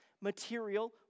material